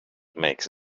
makes